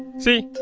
see